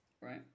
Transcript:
right